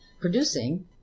producing